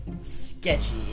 sketchy